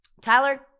Tyler